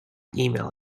email